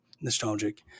nostalgic